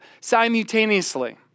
simultaneously